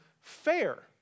fair